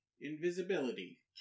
invisibility